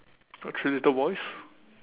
got three little boys